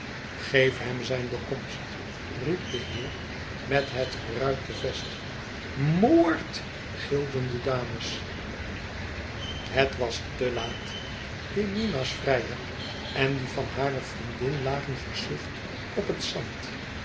geef hem zijn bekomst riep de heer met het geruite vest moordt gilden de dames het was te laat jemima's vrijer en die van hare vriendin lagen versuft op het zand